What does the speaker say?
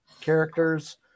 characters